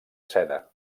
seda